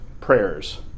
prayers